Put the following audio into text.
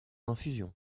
infusion